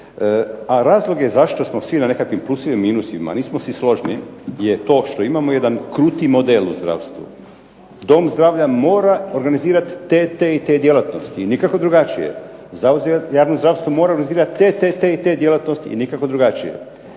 A razloge zašto smo svi na nekakvim plusevima i minusima, nismo svi složni je to što imamo jedan kruti model u zdravstvu. Dom zdravlja mora organizirati te, te i te djelatnosti i nikako drugačije. Javno zdravstvo mora organizirati te, te, te i te djelatnosti i nikako drugačije.